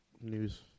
news